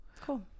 Cool